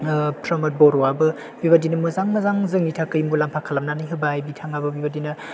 प्रमद बर'आबो बेबादिनो मोजां मोजां जोंनि थाखाय मुलाम्फा खालामनानै होबाय बिथाङाबो बेबायदिनो